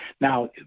Now